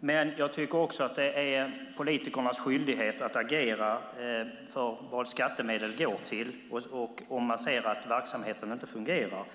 Men jag tycker också att det är politikernas skyldighet att agera i fråga om vad skattemedel går till och om man ser att en verksamhet inte fungerar.